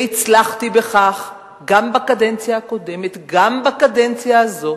והצלחתי בכך גם בקדנציה הקודמת וגם בקדנציה הזאת,